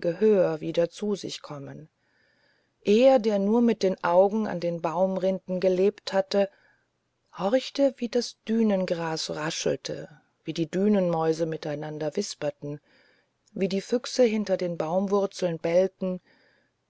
gehör wieder zu sich kommen er der nur mit den augen an den baumrinden gelebt hatte horchte wie das dünengras raschelte wie die dünenmäuse miteinander wisperten wie die füchse hinter den baumwurzeln bellten